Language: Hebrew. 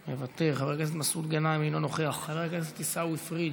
מוותר, חבר הכנסת מסעוד גנאים,